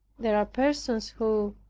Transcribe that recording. there are persons who,